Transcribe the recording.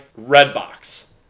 Redbox